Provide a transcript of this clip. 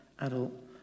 adult